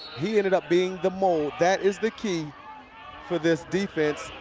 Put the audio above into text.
he ended up being the mold, that is the key for this defense.